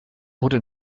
wurde